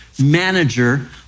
manager